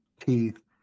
teeth